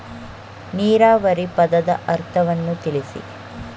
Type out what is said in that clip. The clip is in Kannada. ನೀರಾವರಿ ಪದದ ಅರ್ಥವನ್ನು ತಿಳಿಸಿ?